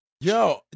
Yo